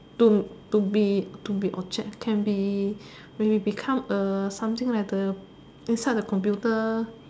to to be to be object can be maybe become a something like the inside the computer